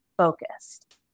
focused